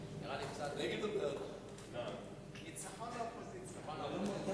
הצעה לסדר-היום שמספרה 837. ישיב השר לביטחון הפנים יצחק אהרונוביץ.